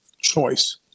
choice